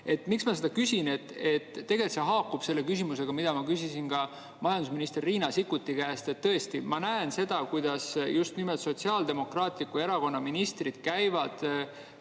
teha? Miks ma seda küsin? Tegelikult see haakub selle küsimusega, mida ma küsisin ka majandus- ja taristuministri Riina Sikkuti käest. Tõesti ma näen seda, kuidas just nimelt Sotsiaaldemokraatliku Erakonna ministrid käivad